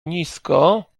nisko